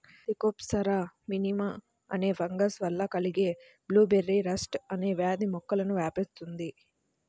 Thekopsora మినిమా అనే fungus వల్ల కలిగే బ్లూబెర్రీ రస్ట్ అనే వ్యాధి మొక్కలకు వ్యాపిస్తుంది